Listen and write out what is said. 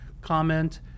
comment